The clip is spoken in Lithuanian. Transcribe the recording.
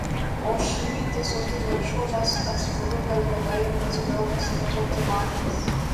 o šįryt tiesiog įniršo nes atsibudo per vėlai ir nespėjo pasimėgauti vafliais